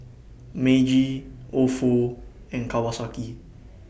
Meiji Ofo and Kawasaki